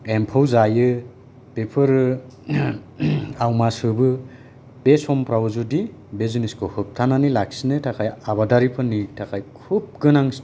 एमफौ जायो बेफोरो आवमा सोबो बे समफ्राव जुदि बे जिनिसखौ होबथानानै लाखिनो थाखाय आबादिरिफोरनि थाखाय खुब गोनांथि